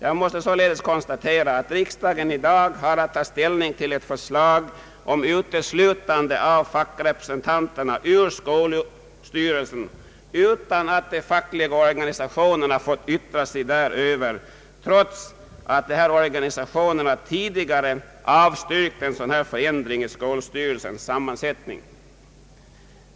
Jag måste således konstatera att riksdagen i dag har att ta ställning till ett förslag om uteslutande av fackrepresentanterna ur skolstyrelsen utan att de fackliga organisationerna fått yttra sig däröver trots att dessa organisationer tidigare avstyrkt en sådan förändring i skolstyrelsernas sammansättning.